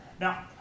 Now